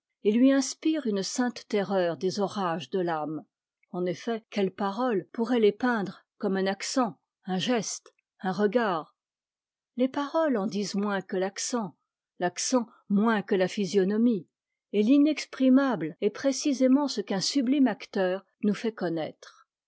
et lui inspire une sainte terreur des orages de l'âme en effet quelles paroles pourraient les peindre comme un accent un geste un regard les paroles en disent moins que l'accent l'accent moins que la physionomie et l'inexprimable est précisément ce qu'un sublime acteur nous fait connaître